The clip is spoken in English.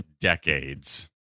decades